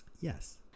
Yes